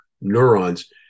neurons